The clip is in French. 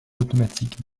automatique